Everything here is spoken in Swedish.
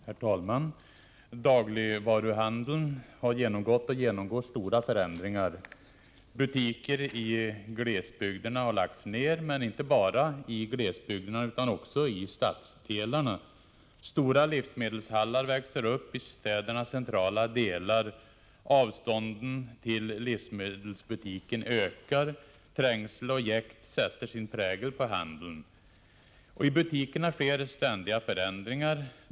Herr talman! Dagligvaruhandeln har genomgått och genomgår stora förändringar. Butiker i glesbygden har lagts ned, men inte bara i glesbygderna utan också i stadsdelarna. Stora livsmedelshallar växer upp i städernas centrala delar. Avståndet till livsmedelsbutiken ökar. Trängsel och jäkt sätter sin prägel på handeln. I butikerna sker ständiga förändringar.